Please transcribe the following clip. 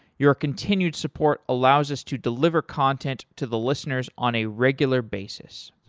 your continued support allows us to deliver content to the listeners on a regular basis